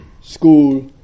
School